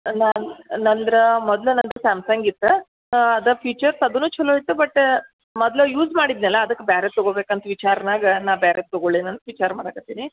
ಅಲ್ಲ ನಂದ್ರಾ ಮೊದ್ಲು ನಂದು ಸ್ಯಾಮ್ಸಂಗ್ ಇತ್ತು ಅದು ಫೀಚರ್ಸ್ ಅದು ಚೊಲೋ ಇತ್ತು ಬಟ್ ಮೊದ್ಲು ಯೂಸ್ ಮಾಡಿದ್ನಲ ಅದಕ್ಕೆ ಬೇರೆ ತೊಗೊಬೇಕಂತ ವಿಚಾರ್ನಾಗ ನಾನು ಬೇರೇದ್ ತೊಗೊಳ್ಳೇನೋ ಅಂತ ವಿಚಾರ ಮಾಡೋಕ್ಕತ್ತೀನಿ